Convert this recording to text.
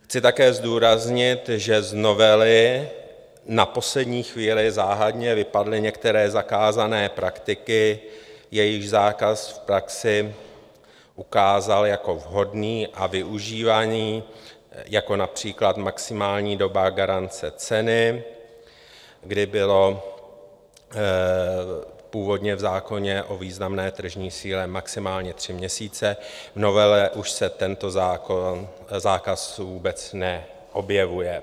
Chci také zdůraznit, že z novely na poslední chvíli záhadně vypadly některé zakázané praktiky, jejichž zákaz se v praxi ukázal jako vhodný a využívaný, například maximální doba garance ceny, kdy byla původně v zákoně o významné tržní síle maximálně tři měsíce, v novele už se tento zákaz vůbec neobjevuje.